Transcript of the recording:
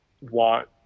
want